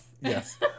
Yes